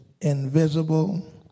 invisible